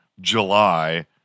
july